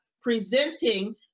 presenting